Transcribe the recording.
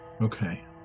okay